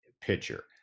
pitcher